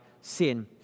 sin